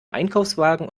einkaufswagen